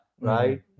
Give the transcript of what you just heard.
Right